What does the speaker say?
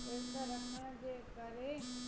विर्तु रखण जे करे